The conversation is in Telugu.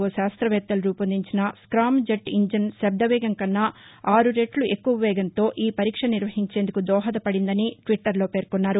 ఓ శాస్త్రవేత్తలు రూపొందించిన స్కామ్ జెట్ ఇంజన్ శబ్ద వేగం కన్నా ఆరు రెట్ల ఎక్కువ వేగంతో ఈ పరీక్ష నిర్వహించేందుకు దోహదపడిందని ట్విట్టర్లో పేర్కొన్నారు